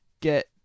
get